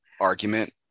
argument